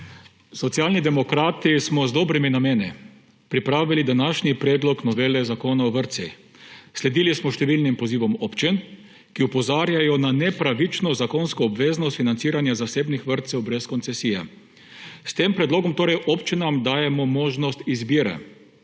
Socialni demokrati smo z dobrimi nameni pripravili današnji predlog novele Zakona o vrtcih. Sledili smo številnim pozivom občin, ki opozarjajo na nepravično zakonsko obveznost financiranja zasebnih vrtcev brez koncesije. S tem predlogom občinam dajemo možnost izbire;